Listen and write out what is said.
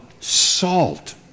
salt